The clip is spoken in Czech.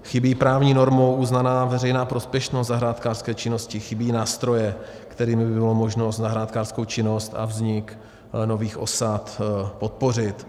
Chybí právní normou uznaná veřejná prospěšnost zahrádkářské činnosti, chybí nástroje, kterými by bylo možno zahrádkářskou činnost a vznik nových osad podpořit.